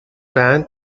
band